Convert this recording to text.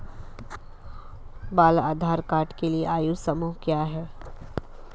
बाल आधार कार्ड के लिए आयु समूह क्या है?